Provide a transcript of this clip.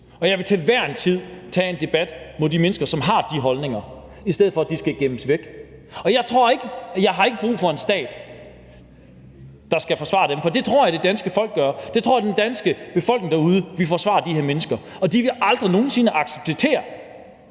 og jeg vil til hver en tid tage en debat om de mennesker, som har de holdninger, i stedet for at de skal gemmes væk. Jeg har ikke brug for en stat, der skal forsvare det, for det tror jeg det danske folk gør. Jeg tror, at den danske befolkning derude vil forsvare det, og de vil aldrig nogen sinde acceptere,